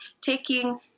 taking